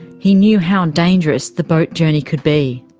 he knew how dangerous the boat journey could be.